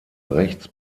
rechts